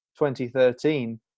2013